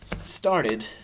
started